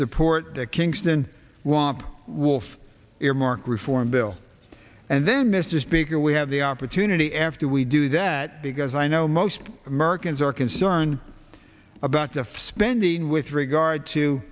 support the kingston lump wolf earmark reform bill and then mr speaker we have the opportunity after we do that because i know most americans are concerned about the spending with regard